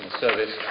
service